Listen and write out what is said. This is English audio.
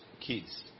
kids